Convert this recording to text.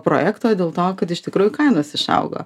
projekto dėl to kad iš tikrųjų kainos išaugo